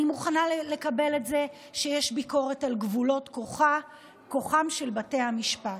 אני מוכנה לקבל את זה שיש ביקורת על גבולות כוחם של בתי המשפט.